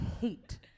hate